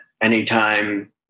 anytime